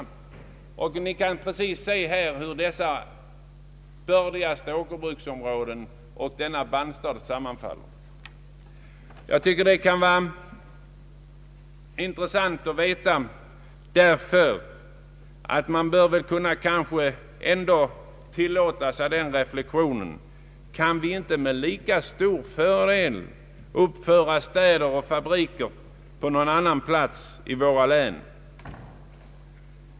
De mest bördiga åkerbruksområdena och denna bandstad sammanfaller alltså. Det kan vara intressant att veta detta, och man bör kunna tilllåta sig att göra följande reflexion: Kan vi inte med lika stor fördel uppföra städer och fabriker på någon annan plats i våra län?